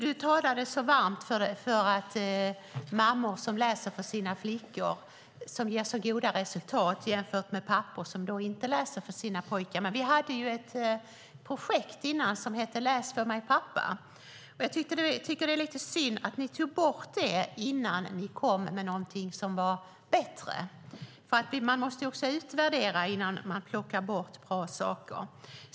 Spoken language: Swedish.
Du talar dig varm för de goda resultaten av mammor som läser för sina flickor jämfört med pappor som inte läser för sina pojkar. Det fanns tidigare ett projekt som hette "Läs för mej, pappa!". Det är lite synd att ni lade ned det projektet innan ni tog fram något som var bättre. Man måste också utvärdera innan bra saker läggs ned.